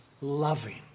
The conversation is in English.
loving